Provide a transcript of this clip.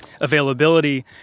availability